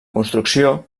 construcció